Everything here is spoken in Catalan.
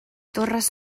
torres